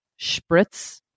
spritz